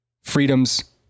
freedoms